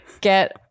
get